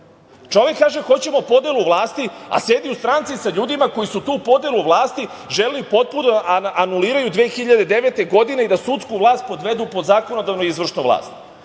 Čovek kaže hoćemo podelu vlasti, a sedi u stranci sa ljudima koji su tu podelu vlasti želeli potpuno da anuliraju 2009. godine i da sudsku vlast podvedu pod zakonodavnu i izvršnu vlast. Imate